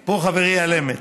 חברי על אמת.